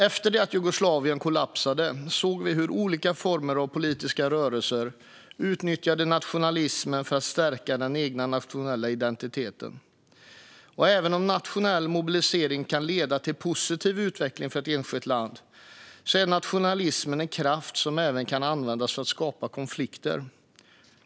Efter det att Jugoslavien kollapsade såg vi hur olika former av politiska rörelser utnyttjade nationalismen för att stärka den egna nationella identiteten. Även om nationell mobilisering kan leda till positiv utveckling för ett enskilt land är nationalismen en kraft som även kan användas för att skapa konflikter.